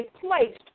placed